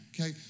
okay